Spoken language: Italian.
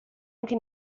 anche